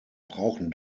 brauchen